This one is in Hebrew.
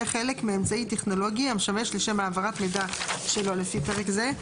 חלק מאמצעי טכנולוגי המשמש לשם העברת מידע שלא לפי פרק זה.